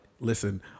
Listen